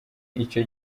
icyo